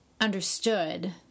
understood